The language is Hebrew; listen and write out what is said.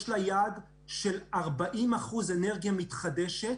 יש לה יעד של 40% אנרגיה מתחדשת,